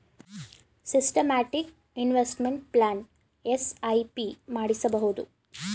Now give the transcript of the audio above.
systematic investment plan SIP ಮಾಡಿಸಬಹುದು